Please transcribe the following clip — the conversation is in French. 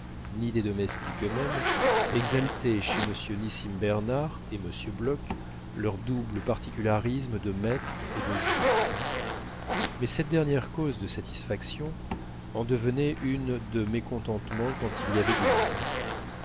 ni des domestiques eux-mêmes exaltait chez m nissim bernard et m bloch leur double particularisme de maîtres et de juifs mais cette dernière cause de satisfaction en devenait une de mécontentement quand il y avait du monde